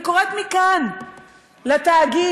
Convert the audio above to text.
אני קוראת מכאן לתאגיד